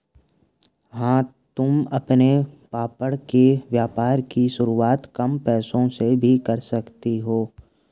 हाँ तुम अपने पापड़ के व्यापार की शुरुआत कम पैसों से भी कर सकती हो